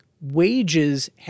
Wages